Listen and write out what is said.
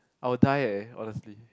I will die eh honestly